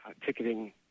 ticketing